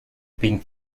pink